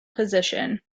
position